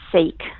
seek